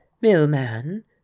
Millman